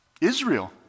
Israel